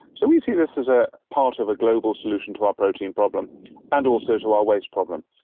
so we see this as a part of a global solution to our protein problem and also to our waste problem,